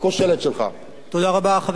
חבר הכנסת ישראל אייכלר,